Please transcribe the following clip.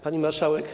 Pani Marszałek!